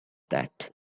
that